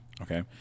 Okay